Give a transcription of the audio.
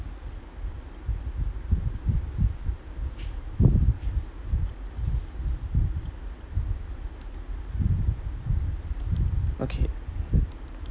okay